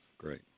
Great